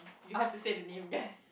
you have to say the name kan